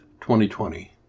2020